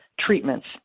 treatments